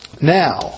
now